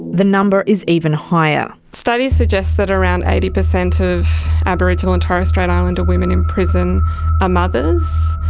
the number is even higher. studies suggest that around eighty percent of aboriginal and torres strait islander women in prison are mothers,